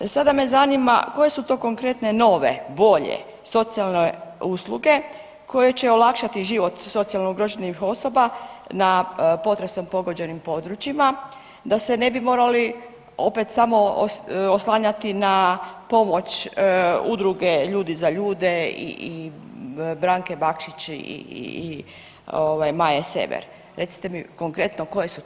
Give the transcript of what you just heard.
Sada me zanima koje su to konkretne nove, bolje socijalne usluge koje će olakšati život socijalno ugroženih osoba na potresom pogođenim područjima da se ne bi morali opet samo oslanjati na pomoć udruge „Ljudi za ljude“ i Branke Bakšić i Maje Sever, recite mi konkretno koje su to usluge?